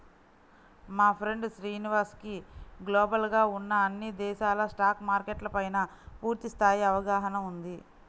మా ఫ్రెండు శ్రీనివాస్ కి గ్లోబల్ గా ఉన్న అన్ని దేశాల స్టాక్ మార్కెట్ల పైనా పూర్తి స్థాయి అవగాహన ఉంది